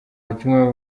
watumye